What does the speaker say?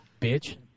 Bitch